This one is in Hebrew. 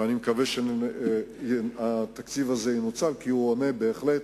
ואני מקווה שהתקציב הזה ינוצל, כי הוא עונה בהחלט,